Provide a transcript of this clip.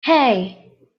hey